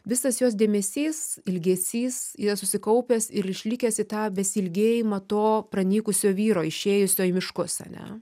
visas jos dėmesys ilgesys yra susikaupęs ir išlikęs į tą besiilgėjimą to pranykusio vyro išėjusio į miškus ane